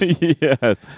Yes